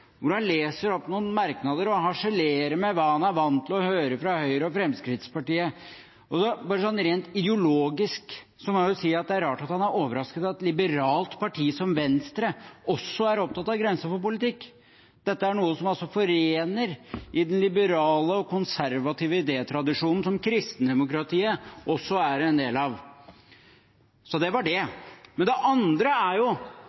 hvor han leser opp noen merknader og harselerer med hva han er vant til å høre fra Høyre og Fremskrittspartiet. Bare sånn rent ideologisk må jeg jo si at det er rart at han er overrasket over at et liberalt parti som Venstre også er opptatt av grenser for politikk. Dette er noe som altså forener den liberale og konservative idétradisjonen, som kristendemokratiet også er en del av. Så det var det. Men det andre er